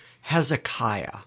Hezekiah